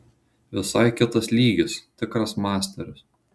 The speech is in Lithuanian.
visai kitas lygis tikras masteris